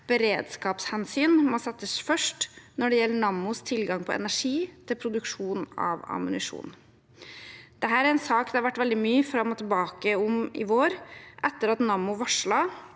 beredskapshensyn må settes først når det gjelder Nammos tilgang på energi til produksjon av ammunisjon. Dette er en sak det har vært veldig mye fram og tilbake om i vår, etter at Nammo varslet